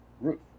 roof